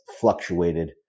fluctuated